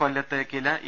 കൊല്ലത്ത് കില ഇ